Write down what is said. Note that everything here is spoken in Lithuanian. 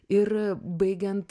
ir baigiant